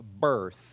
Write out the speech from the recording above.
birth